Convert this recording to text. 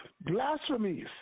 blasphemies